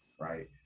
right